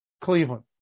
Cleveland